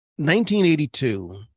1982